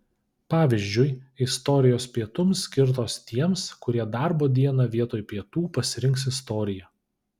pavyzdžiui istorijos pietums skirtos tiems kurie darbo dieną vietoj pietų pasirinks istoriją